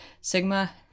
Sigma